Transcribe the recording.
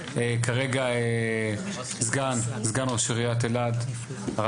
כרגע סגן ראש עיריית אלעד,